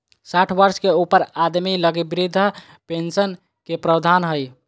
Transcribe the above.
साठ वर्ष के ऊपर आदमी लगी वृद्ध पेंशन के प्रवधान हइ